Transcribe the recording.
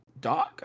dog